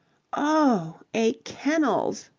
oh, a kennels?